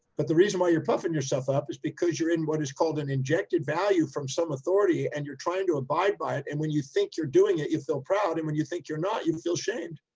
but the reason why you're puffing yourself up is because you're in what is called an injected value from some authority. and you're trying to abide by it. and when you think you're doing it, you feel proud. and when you think you're not, you feel shamed.